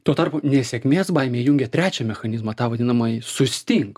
tuo tarpu nesėkmės baimė įjungia trečią mechanizmą tą vadinamąjį sustink